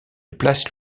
place